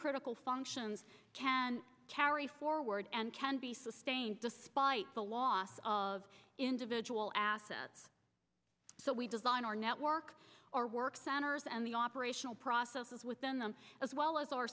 critical functions can already forward and can be sustained despite the loss of individual assets so we design our network or work centers and the operational processes within them as well as our